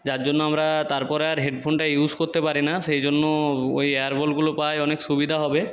যার জন্য আমরা তারপরে আর হেডফোনটা ইউজ করতে পারি না সেই জন্য ওই এয়ার বলগুলো পাওয়ায় অনেক সুবিধা হবে